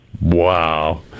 Wow